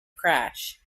crash